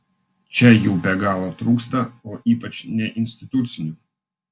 čia jų be galo trūksta o ypač neinstitucinių